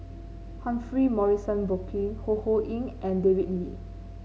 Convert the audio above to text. Humphrey Morrison Burkill Ho Ho Ying and David Lee